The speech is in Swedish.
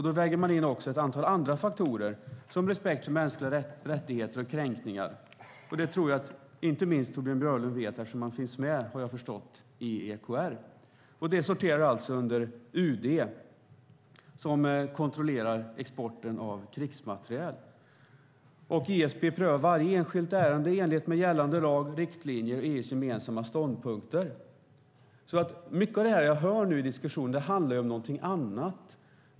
Då väger man också in ett antal andra faktorer, som respekt för mänskliga rättigheter och kränkningar. Det tror jag att inte minst Torbjörn Björklund vet, eftersom han finns med, har jag förstått, i EKR. Det sorterar alltså under UD som kontrollerar exporten av krigsmateriel. Och ISP prövar varje enskilt ärende i enlighet med gällande lagar, riktlinjer och EU:s gemensamma ståndpunkter. Mycket av det som jag hör nu i diskussionen handlar om någonting annat.